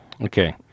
Okay